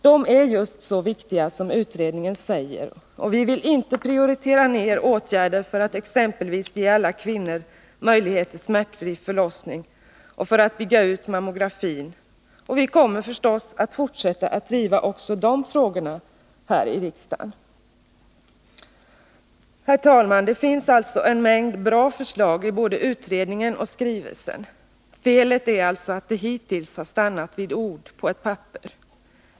De är just så viktiga som utredningen säger. Vi vill inte prioritera ned åtgärder för att exempelvis ge alla kvinnor möjlighet till smärtfri förlossning och för att bygga ut mammografin. Vi kommer förstås att fortsätta att driva också dessa frågor i riksdagen. Herr talman! Det finns alltså en mängd bra förslag i både utredningen och skrivelsen. Felet är alltså att det hittills har stannat vid ord på ett papper.